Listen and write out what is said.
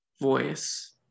voice